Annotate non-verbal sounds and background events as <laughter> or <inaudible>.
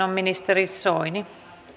<unintelligible> on ministeri soini